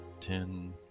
ten